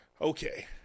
Okay